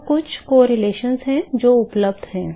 तो कुछ सहसंबंध हैं जो उपलब्ध हैं